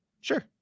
Sure